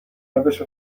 روش